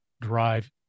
drive